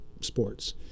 sports